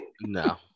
no